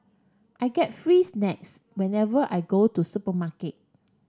I get free snacks whenever I go to supermarket